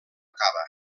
cava